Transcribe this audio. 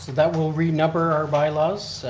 that will renumber our bylaws.